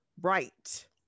Right